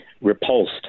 repulsed